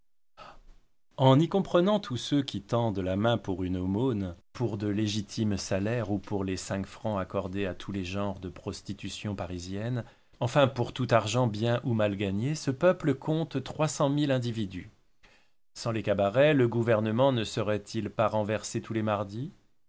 en comprenant tous ceux qui tendent la main pour une aumône pour de légitimes salaires ou pour les cinq francs accordés à tous les genres de prostitution parisienne enfin pour tout argent bien ou mal gagné ce peuple compte trois cent mille individus sans les cabarets le gouvernement ne serait-il pas renversé tous les mardis